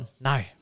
No